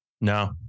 No